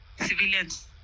civilians